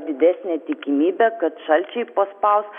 didesnė tikimybė kad šalčiai paspaus